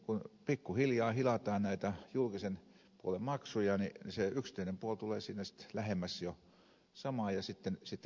kun pikkuhiljaa hilataan näitä julkisen puolen maksuja niin se yksityinen puoli tulee siinä sitten jo lähemmäksi samaa